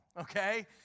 okay